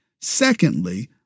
Secondly